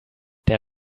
der